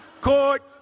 Court